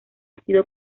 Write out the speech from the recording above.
sido